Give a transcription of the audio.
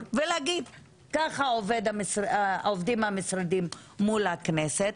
ולהראות איך עובדים המשרדים מול הכנסת,